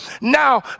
now